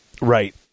Right